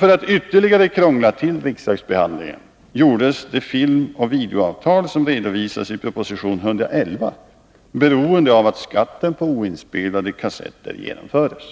För att ytterligare krångla till riksdagsbehandlingen gjordes det filmoch videoavtal som redovisas i proposition 1981/82:111 beroende av att skatten på oinspelade kassetter genomfördes.